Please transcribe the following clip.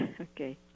Okay